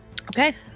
Okay